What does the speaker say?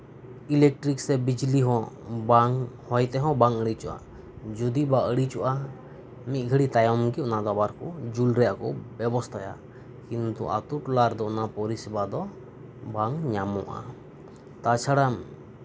electric ᱥᱮ ᱵᱤᱡᱽᱞᱤ ᱦᱚᱸ ᱵᱟᱝ ᱦᱚᱭ ᱛᱮᱦᱚᱸ ᱵᱟᱝ ᱤᱲᱤᱡᱚᱜᱼᱟ ᱡᱚᱫᱤ ᱵᱟᱝ ᱤᱲᱤᱡᱚᱜᱼᱟ ᱢᱤᱫᱜᱷᱟᱹᱲᱤ ᱛᱟᱭᱚᱢ ᱚᱱᱟ ᱫᱚ ᱟᱵᱟᱨ ᱠᱚ ᱵᱮᱵᱚᱥᱛᱷᱟᱭᱟ ᱠᱤᱱᱛᱩ ᱟᱹᱛᱳ ᱴᱚᱞᱟ ᱨᱮᱫᱚ ᱚᱱᱟ ᱫᱚ ᱵᱟᱝ ᱧᱟᱢᱚᱜᱼᱟ ᱛᱟᱪᱷᱟᱲᱟ